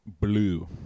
Blue